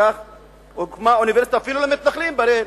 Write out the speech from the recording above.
הוקמה אוניברסיטה אפילו למתנחלים באריאל,